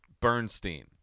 Bernstein